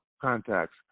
contacts